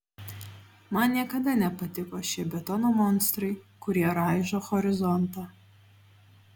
man niekada nepatiko šie betono monstrai kurie raižo horizontą